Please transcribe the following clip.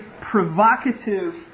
provocative